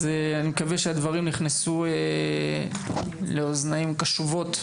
אני מקווה שהדברים נכנסו לאוזניים קשובות,